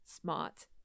smart